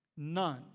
none